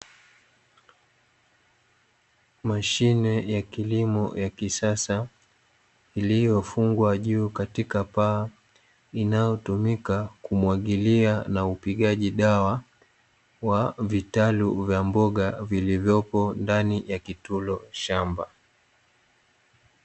Mashine ya kilimo ya kisasa, iliyofungwa juu katika paa, inayotumika kumwagilia na upigaji dawa wa vitalu vya mboga vikivyopo ndani ya Kitulo shamba.